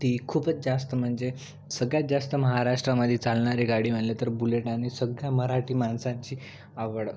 ती खूपच जास्त म्हणजे सगळ्यात जास्त महाराष्ट्रामध्ये चालणारी गाडी म्हणलं तर बुलेट आणि सगळ्या मराठी माणसांची आवड